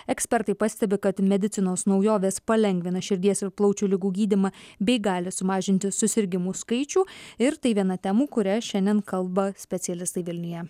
ekspertai pastebi kad medicinos naujovės palengvina širdies ir plaučių ligų gydymą bei gali sumažinti susirgimų skaičių ir tai viena temų kurias šiandien kalba specialistai vilniuje